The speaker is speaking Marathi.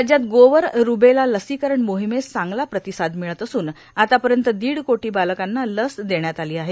राज्यात गोवर रुबेला लसीकरण मोहिमेस चांगला प्रतिसाद मिळत असून आतापर्यंत दीड कोटी बालकांना लस देण्यात आली आहे